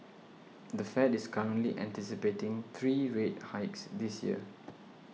the Fed is currently anticipating three rate hikes this year